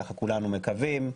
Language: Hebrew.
כך כולנו מקווים,